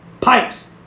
Pipes